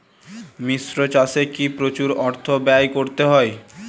মিশ্র চাষে কি প্রচুর অর্থ ব্যয় করতে হয়?